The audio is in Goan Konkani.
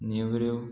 नेवऱ्यो